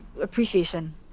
appreciation